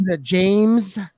James